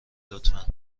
لطفا